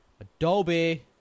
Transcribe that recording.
Adobe